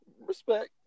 Respect